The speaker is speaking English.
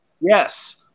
Yes